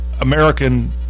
American